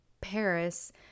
paris